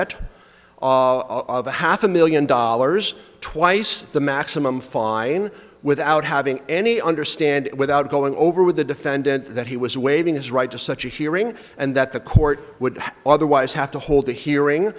the half a million dollars twice the maximum fine without having any understand without going over with the defendant that he was waiving his right to such a hearing and that the court would otherwise have to hold a hearing